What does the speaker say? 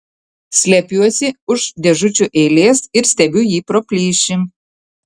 slepiuosi už dėžučių eilės ir stebiu jį pro plyšį